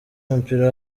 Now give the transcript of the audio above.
w’umupira